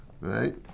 right